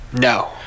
No